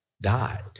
died